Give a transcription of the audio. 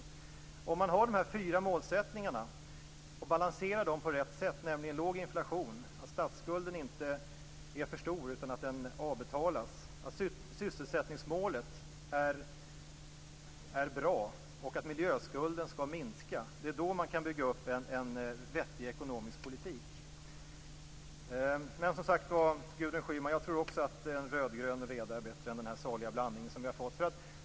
Det är om man har de fyra målsättningarna låg inflation, att statsskulden inte är för stor, utan att den avbetalas, att sysselsättningsmålet är bra och att miljöskulden skall minska, och balanserar dem på rätt sätt, som man kan bygga upp en vettig ekonomisk politik. Men som sagt var, Gudrun Schyman, jag tror också att en rödgrön reda är bättre än den saliga blandning som vi har fått.